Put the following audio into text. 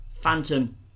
Phantom